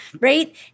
Right